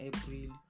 April